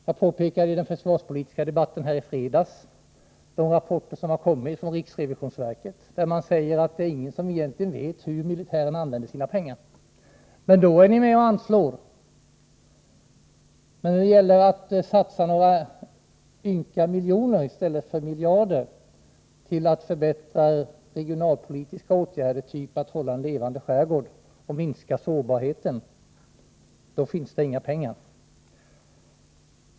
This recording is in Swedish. Jag påpekade i den försvarspolitiska debatten i fredags att det har kommit rapporter från riksrevisionsverket som säger att ingen egentligen vet hur militären använder sina pengar. Till militären är ni ändå med och anslår medel! Men när det gäller att satsa några ynka miljoner i stället för miljarder på regionalpolitiska åtgärder för att hålla en levande skärgård och minska sårbarheten finns det inga pengar.